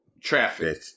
traffic